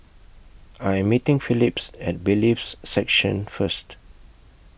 I Am meeting Philip At Bailiffs' Section First